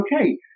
okay